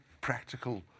practical